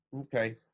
Okay